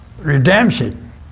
Redemption